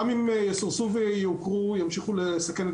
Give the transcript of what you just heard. גם אם יסורסו ויעוקרו ימשיכו לסכן את